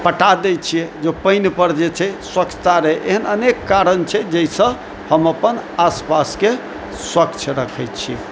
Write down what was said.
पटा दै छियै जे पानिपर जे छै स्वच्छता रहै एहन अनेक कारण छै जाहिसँ हम अपन आस पासके स्वच्छ रखै छी